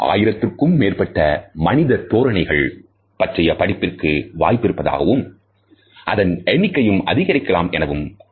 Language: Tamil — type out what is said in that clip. ஆயிரத்திற்கு மேற்பட்ட மனித தோரணைகள் பற்றிய படிப்பிற்கு வாய்ப்பிருப்பதாகவும் அதன் எண்ணிக்கையும் அதிகரிக்கலாம் எனவும் கூறுகிறார்